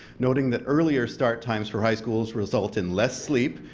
noting the earlier start times for high schools result in less sleep,